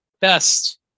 best